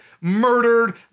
murdered